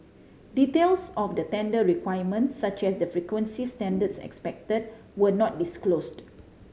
details of the tender requirements such as the frequency standards expected were not disclosed